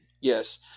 Yes